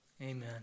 Amen